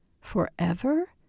forever